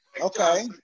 Okay